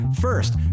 First